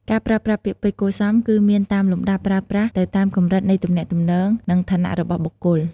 ការប្រើប្រាស់ពាក្យពេចន៍គួរសមគឺមានតាមលំដាប់ប្រើប្រាស់ទៅតាមកម្រិតនៃទំនាក់ទំនង និងឋានៈរបស់បុគ្គល។